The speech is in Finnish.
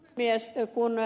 kun ed